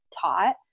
taught